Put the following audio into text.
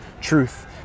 truth